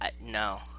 no